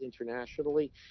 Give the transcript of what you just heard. internationally